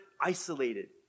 isolated